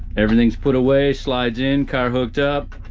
everything's put away, slides in, car hooked up.